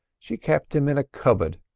she kept him in a cupboard,